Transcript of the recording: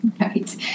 Right